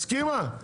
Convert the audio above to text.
הסכימה?